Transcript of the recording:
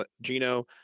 Gino